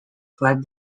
fled